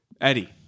Eddie